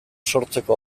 sortzeko